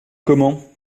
comment